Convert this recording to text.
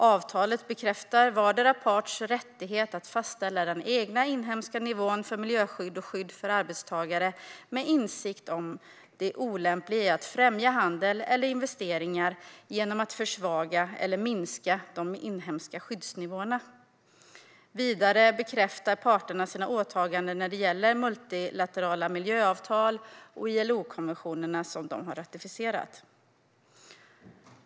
Avtalet bekräftar vardera partens rättighet att fastställa den egna inhemska nivån för miljöskydd och skydd för arbetstagare, med insikt om det olämpliga i att främja handel eller investeringar genom att försvaga eller minska de inhemska skyddsnivåerna. Vidare bekräftar parterna sina åtaganden när det gäller multilaterala miljöavtal och ILO-konventioner som de har ratificerat.